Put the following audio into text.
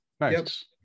nice